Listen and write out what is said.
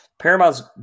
Paramount's